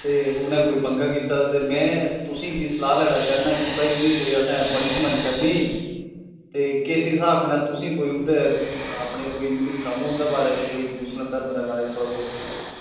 ते उ'नें कोई पंगा कीते दा ते में तुसेंगी सलाह् लैना चांह्ना कि भाई उ'नें गी असें कोई पनिशमेंट करनी ते किस स्हाब कन्नै तुस कोई उं'दे अपने तुस मिगी सनाओ आं कोई मुस्लिम धर्म दे बारै च थौह्ड़ा बौह्त